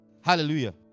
Hallelujah